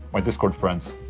my discord friends